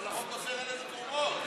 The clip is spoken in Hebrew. אבל החוק אוסר עלינו תרומות.